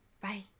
bye